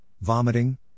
vomiting